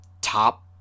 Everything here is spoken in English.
top